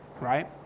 right